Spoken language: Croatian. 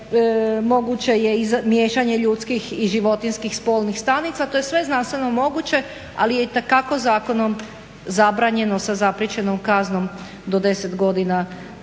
moguće je miješanje ljudskih i životinjskih spolnih stanica. To je sve znanstveno moguće, ali je itekako zakonom zabranjeno sa zapriječenom kaznom do 10 godina